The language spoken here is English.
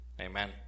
Amen